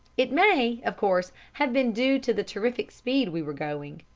it may, of course, have been due to the terrific speed we were going,